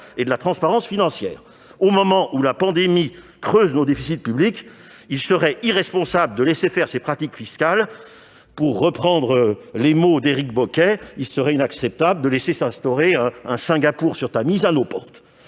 et de la transparence financière. Au moment où la pandémie creuse nos déficits publics, il serait irresponsable de laisser faire ces pratiques fiscales et, pour reprendre les mots d'Éric Bocquet, de laisser s'instaurer un « Singapour sur Tamise » à nos portes.